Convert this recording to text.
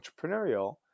entrepreneurial